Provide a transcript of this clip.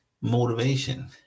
motivation